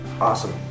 Awesome